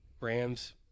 Rams